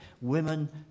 Women